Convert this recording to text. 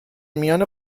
میان